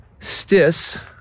stis